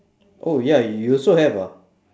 oh ya you also have ah